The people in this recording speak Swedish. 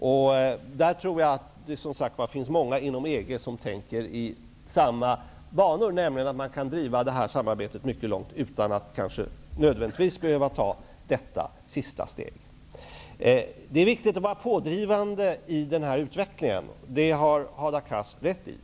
Jag tror som sagt att det finns många inom EG som tänker i samma banor, nämligen att man kan driva samarbetet mycket långt utan att nödvändigtvis behöva ta detta sista steg. Det är viktigt att vara pådrivande i den här utvecklingen, det har Hadar Cars rätt i.